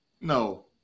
No